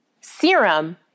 Serum